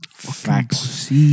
Facts